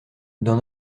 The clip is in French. dans